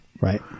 Right